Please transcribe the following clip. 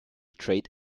trade